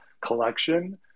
collection